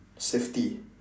safety